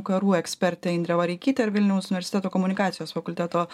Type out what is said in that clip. karų ekspertė indrė vareikytė ir vilniaus universiteto komunikacijos fakulteto